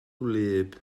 wlyb